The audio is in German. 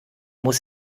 muss